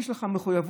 יש לך מחויבות,